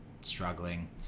struggling